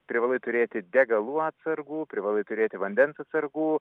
privalai turėti degalų atsargų privalai turėti vandens atsargų